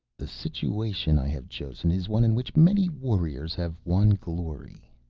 the situation i have chosen is one in which many warriors have won glory.